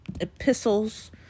epistles